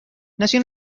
nació